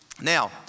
Now